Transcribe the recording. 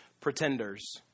pretenders